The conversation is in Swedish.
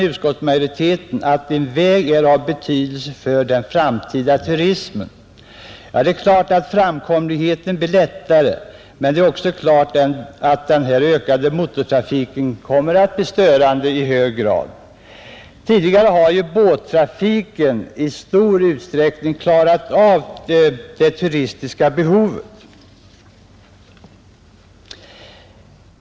Utskottsmajoriteten hävdar att en väg är av betydelse för den framtida turismen, Ja, det är klart att framkomligheten blir större. Men det är också klart att den ökade motortrafiken kommer att bli i hög grad störande, Tidigare har båttrafiken i stor utsträckning klarat av det turistiska behovet.